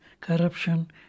corruption